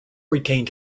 retained